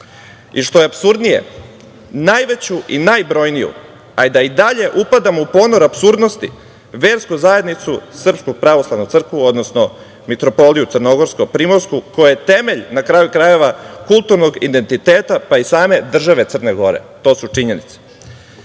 i što je apsurdnije, najveću i najbrojniju, a da i dalje upadamo u ponor apsurdnosti, versku zajednicu Srpsku pravoslavnu crkvu, odnosno Mitropoliju crnogorsko-primorsku, koja je temelj, na kraju krajeva, kulturnog identiteta pa i same države Crne Gore? To su činjenice.